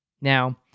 Now